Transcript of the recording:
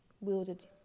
wielded